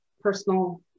personal